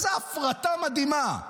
איזה הפרטה מדהימה.